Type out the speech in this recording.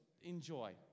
enjoy